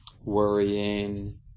worrying